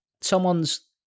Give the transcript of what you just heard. someone's